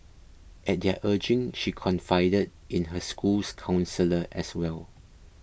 at their urging she confided in her school's counsellor as well